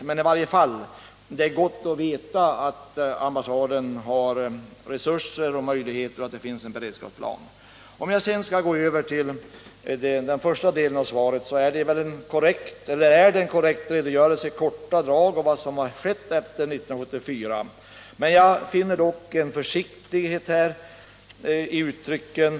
Men det är i varje fall gott att veta att ambassaden har resurser och möjligheter och att det finns en beredskapsplan, . Om jag sedan skall gå över till den första delen av svaret, får jag säga att detta i korta drag är en korrekt redogörelse för vad som har skett efter 1974. I redogörelsen finner jag dock en försiktig och mild ton i uttrycken.